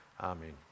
Amen